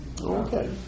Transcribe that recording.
Okay